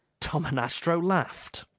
tom and astro laughed.